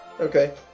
Okay